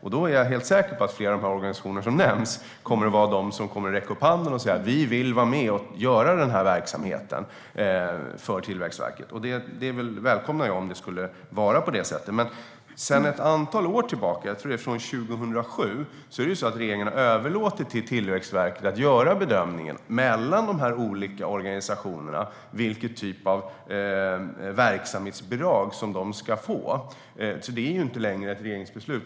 Jag är helt säker på att flera av de organisationer som nämns kommer att räcka upp handen och säga att de vill vara med och bedriva den verksamheten för Tillväxtverket. Om det skulle vara på det sättet välkomnar jag det. Sedan ett antal år tillbaka - sedan 2007, tror jag - har regeringen överlåtit till Tillväxtverket att göra bedömningen av vilken typ av verksamhetsbidrag de olika organisationerna ska få. Det är alltså inte längre ett regeringsbeslut.